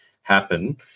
happen